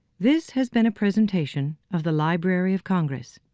this has been a presentation of the library of congress.